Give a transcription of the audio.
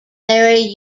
very